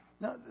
Now